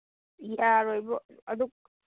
ꯌꯥꯔꯣꯏꯕꯣ ꯑꯗꯨ